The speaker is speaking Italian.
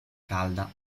calda